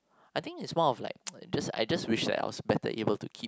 I think is one of like I just I just wish that I was better able to keep